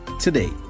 today